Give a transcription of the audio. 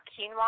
quinoa